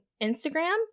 Instagram